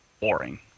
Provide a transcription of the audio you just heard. boring